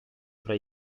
fra